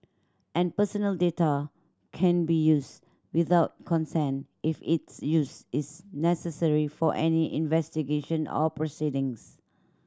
and personal data can be used without consent if its use is necessary for any investigation or proceedings